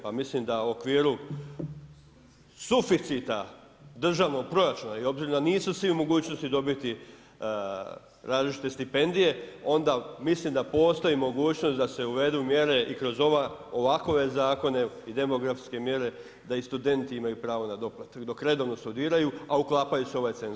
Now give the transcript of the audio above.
Pa mislim da u okviru suficita državnog proračuna i obzirom da nisu svi u mogućnosti dobiti različite stipendije onda mislim da postoji mogućnost da se uvedu mjere i kroz ovakove zakone i demografske mjere da i studenti imaju pravo na doplatak dok redovno studiraju, a uklapaju se u ovaj cenzus.